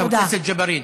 חבר הכנסת ג'בארין.